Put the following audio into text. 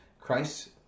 Christ